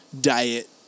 diet